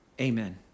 amen